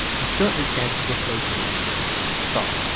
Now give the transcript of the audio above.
he certainly can't dislocate his skull.